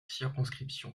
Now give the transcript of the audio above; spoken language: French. circonscription